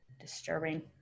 disturbing